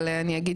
אבל אני אגיד